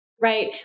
right